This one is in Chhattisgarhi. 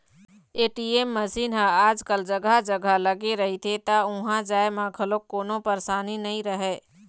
ए.टी.एम मसीन ह आजकल जघा जघा लगे रहिथे त उहाँ जाए म घलोक कोनो परसानी नइ रहय